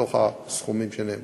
בתוך הסכומים שנאמרו.